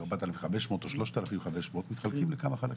4,500 או 3,500 מתחלקים לכמה חלקים.